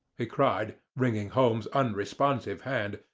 he cried, wringing holmes' unresponsive hand,